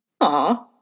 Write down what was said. Aw